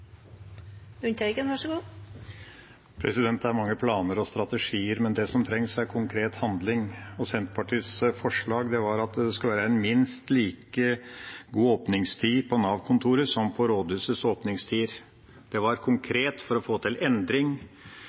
Det er mange planer og strategier, men det som trengs, er konkret handling. Senterpartiets forslag handler om at det skal være minst like god åpningstid på Nav-kontoret som på rådhuset. Det var konkret for å få til endring.